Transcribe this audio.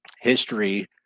History